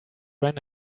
ran